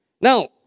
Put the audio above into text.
Now